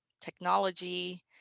technology